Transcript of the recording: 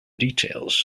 details